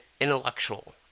intellectual